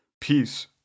peace